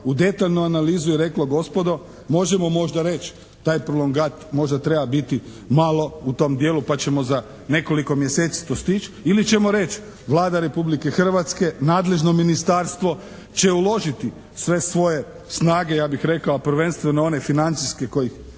u detaljnu analizu i reklo gospodo možemo možda reći, taj prolongat možda treba biti malo u tom dijelu pa ćemo za nekoliko mjeseci to stići ili ćemo reći Vlada Republike Hrvatske, nadležno ministarstvo će uložiti sve svoje snage ja bih rekao, a prvenstveno one financijske kojih inače